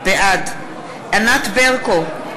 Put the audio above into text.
בעד ענת ברקו,